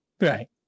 Right